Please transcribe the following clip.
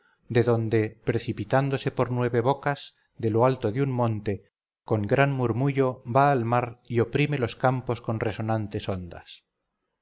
de donde precipitándose por nueve bocas de lo alto de un monte con gran murmullo va al mar y oprime los campos con resonantes ondas